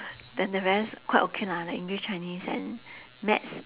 then the rest quite okay lah like english chinese and maths